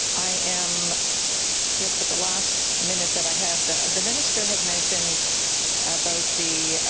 i am just with the last minute that i have. the the minister had mentioned about the